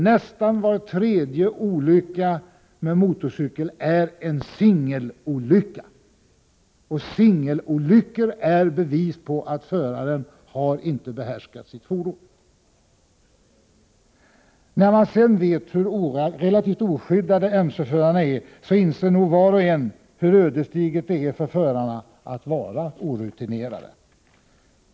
Nästan var tredje olycka med motorcykel är alltså en singelolycka, och en singelolycka är ett bevis på att föraren inte har behärskat sitt fordon. När man sedan vet hur relativt oskyddade motorcykelförarna är inser man hur ödesdigert det är för förarna om de är orutinerade.